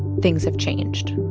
things have changed.